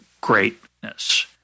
greatness